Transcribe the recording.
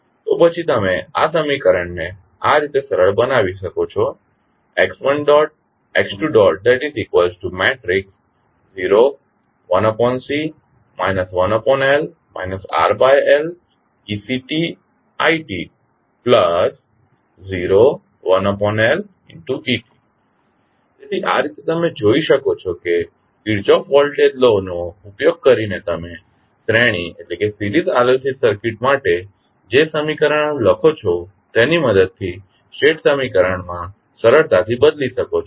તો પછી તમે આ સમીકરણને આ રીતે સરળ બનાવી શકો છો તેથી આ રીતે તમે જોઈ શકો છો કે કિર્ચોફ વોલ્ટેજ લો નો ઉપયોગ કરીને તમે શ્રેણી RLC સર્કિટ માટે જે સમીકરણો લખો છો તેની મદદથી સ્ટેટ સમીકરણમાં સરળતાથી બદલી શકો છો